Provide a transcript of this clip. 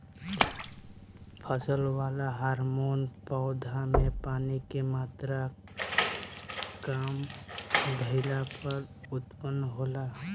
फसल वाला हॉर्मोन पौधा में पानी के मात्रा काम भईला पर उत्पन्न होला